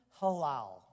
halal